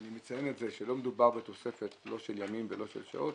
אני מציין שלא מדובר בתוספת לא של ימים ולא של שעות,